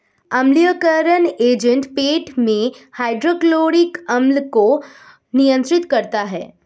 अम्लीयकरण एजेंट पेट में हाइड्रोक्लोरिक अम्ल को नियंत्रित करता है